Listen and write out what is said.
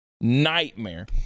nightmare